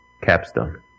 Capstone